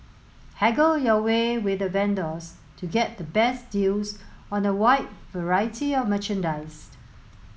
haggle your way with the vendors to get the best deals on a wide variety of merchandise